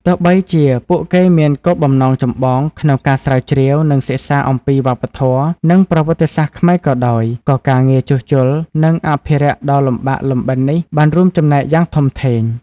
ទោះបីជាពួកគេមានគោលបំណងចម្បងក្នុងការស្រាវជ្រាវ និងសិក្សាអំពីវប្បធម៌ និងប្រវត្តិសាស្ត្រខ្មែរក៏ដោយ ក៏ការងារជួសជុល និងអភិរក្សដ៏លំបាកលំបិននេះបានរួមចំណែកយ៉ាងធំធេង។